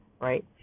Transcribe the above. right